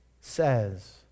says